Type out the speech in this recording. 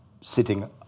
sitting